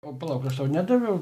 o palauk aš tau nedaviau